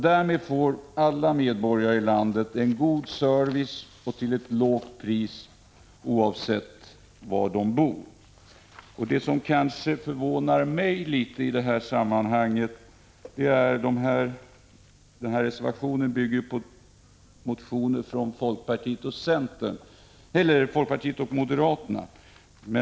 Därmed får alla medborgare i landet en god service till ett lågt pris oavsett var de bor. Reservationen bygger på motioner från folkpartiet och moderaterna.